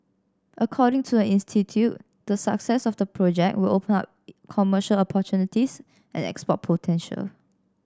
according to the institute the success of the project will open up commercial opportunities and export potential